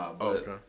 Okay